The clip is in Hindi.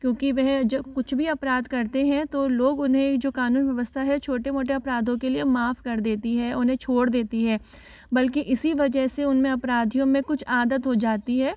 क्योंकि वह जो कुछ भी अपराध करते हैं तो लोग उन्हें जो कानून व्यवस्था है छोटे मोटे अपराधों के लिए माफ़ कर देती है उन्हें छोड़ देती है बल्कि इसी वजह से उनमें अपराधियों में कुछ आदत हो जाती है